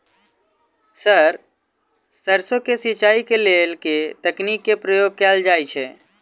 Sir सैरसो केँ सिचाई केँ लेल केँ तकनीक केँ प्रयोग कैल जाएँ छैय?